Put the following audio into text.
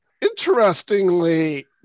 Interestingly